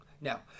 Now